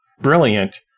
brilliant